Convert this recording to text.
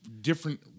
different